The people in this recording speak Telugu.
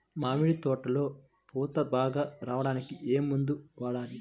మామిడి తోటలో పూత బాగా రావడానికి ఏ మందు వాడాలి?